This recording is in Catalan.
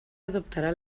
adoptarà